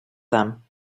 them